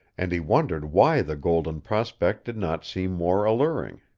and he wondered why the golden prospect did not seem more alluring.